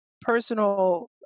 personal